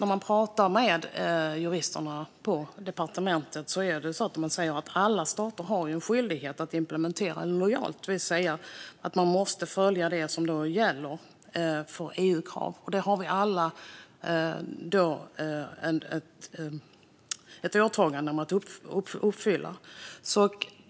När man pratar med juristerna på departementet hör man också att de säger att alla stater har en skyldighet att implementera detta lojalt, det vill säga att man måste följa det som gäller i EU-kraven. Där har vi alla ett åtagande att uppfylla.